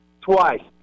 Twice